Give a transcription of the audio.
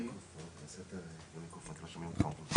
המועצה יש לה סמכות לקבוע הוראות רגולטוריות